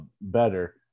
better